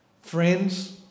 Friends